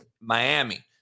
Miami